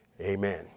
Amen